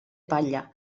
palla